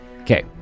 Okay